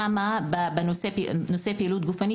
שם בקול הקורא בנושא פעילות הגופנית